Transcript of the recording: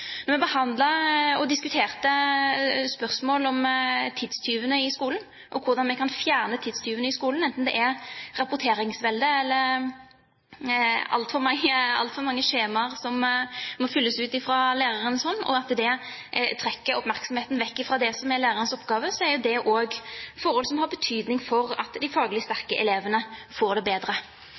vi behandlet og diskuterte spørsmål om tidstyvene i skolen, og hvordan vi kan fjerne tidstyvene i skolen, enten det er rapporteringsveldet eller altfor mange skjemaer som må fylles ut fra lærerens hånd, som trekker oppmerksomheten vekk fra det som er lærerens oppgave, kom det fram at det også er forhold som har betydning for at de faglig sterke elevene får det bedre.